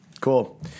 Cool